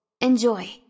Enjoy